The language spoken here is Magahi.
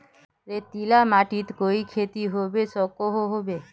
रेतीला माटित कोई खेती होबे सकोहो होबे?